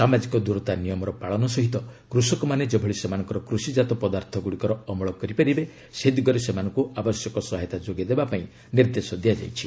ସାମାଜିକ ଦୂରତା ନିୟମର ପାଳନ ସହ କୃଷକମାନେ ଯେଭଳି ସେମାନଙ୍କର କୃଷିଜାତ ପଦାର୍ଥଗୁଡ଼ିକର ଅମଳ କରିପାରିବେ ସେ ଦିଗରେ ସେମାନଙ୍କୁ ଆବଶ୍ୟକ ସହାୟତା ଯୋଗାଇ ଦେବା ପାଇଁ ନିର୍ଦ୍ଦେଶ ଦିଆଯାଇଛି